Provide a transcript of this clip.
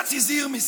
בג"ץ הזהיר מזה.